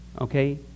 okay